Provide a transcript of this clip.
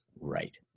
right